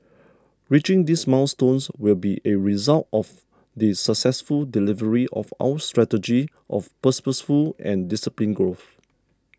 reaching these milestones will be a result of the successful delivery of our strategy of purposeful and disciplined growth